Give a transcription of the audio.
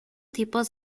tipos